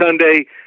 Sunday